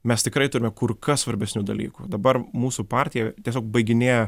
mes tikrai turime kur kas svarbesnių dalykų dabar mūsų partija tiesiog baiginėja